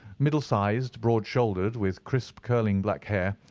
middle-sized, broad shouldered, with crisp curling black hair,